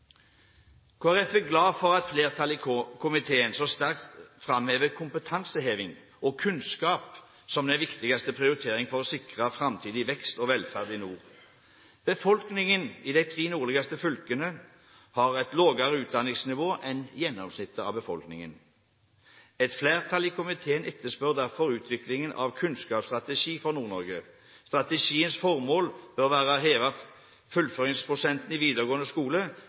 er glad for at et flertall i komiteen så sterkt framhever kompetanseheving og kunnskap som den viktigste prioriteringen for å sikre framtidig vekst og velferd i nord. Befolkningen i de tre nordligste fylkene har et lavere utdanningsnivå enn gjennomsnittet av befolkningen. Et flertall i komiteen etterspør derfor utvikling av en kunnskapsstrategi for Nord-Norge. Strategiens formål bør være å heve fullføringsprosenten i videregående skole